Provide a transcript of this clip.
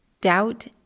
Doubt